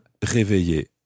réveiller